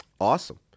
Awesome